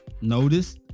Notice